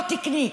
לא תקני,